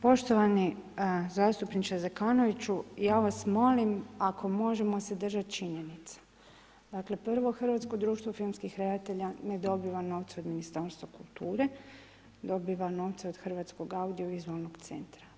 Poštovani zastupniče Zekanoviću, ja vas molim, ako možemo se držati činjenice, dakle, prvo Hrvatsko društvo filmskih redatelja ne dobiva novca od Ministarstva kulture, dobiva novce od Hrvatskog audiovizualnog centra.